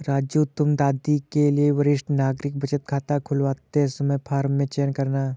राजू तुम दादी के लिए वरिष्ठ नागरिक बचत खाता खुलवाते समय फॉर्म में चयन करना